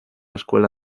escuela